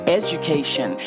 education